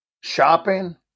Shopping